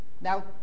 Now